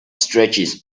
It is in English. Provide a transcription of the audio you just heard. stretches